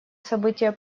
события